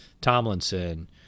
Tomlinson